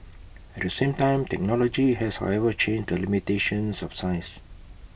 at the same time technology has however changed the limitations of size